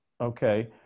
Okay